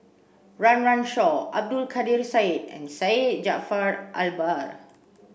Run Run Shaw Abdul Kadir Syed and Syed Jaafar Albar